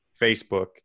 Facebook